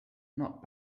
not